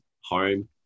home